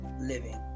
living